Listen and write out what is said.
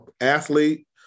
athlete